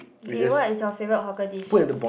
okay what is you favorite hawker dish